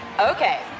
okay